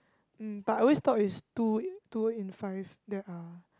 mm but I always thought is two two in five that are